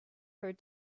her